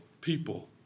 people